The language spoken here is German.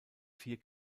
vier